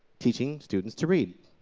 teaching students to read.